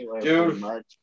dude